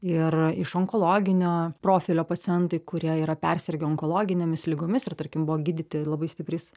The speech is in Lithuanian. ir iš onkologinio profilio pacientai kurie yra persirgę onkologinėmis ligomis ir tarkim buvo gydyti labai stipriais